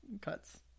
cuts